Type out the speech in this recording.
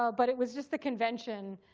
ah but it was just the convention.